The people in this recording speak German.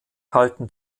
halten